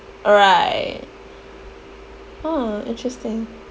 right orh interesting